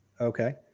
Okay